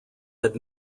had